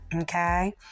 okay